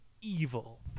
evil